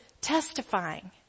testifying